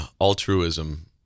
altruism